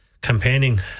campaigning